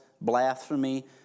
blasphemy